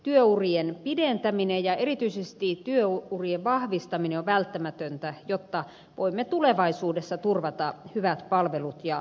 työurien pidentäminen ja erityisesti työurien vahvistaminen on välttämätöntä jotta voimme tulevaisuudessa turvata hyvät palvelut ja sosiaaliturvan